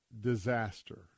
disaster